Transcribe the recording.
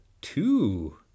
two